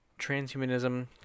transhumanism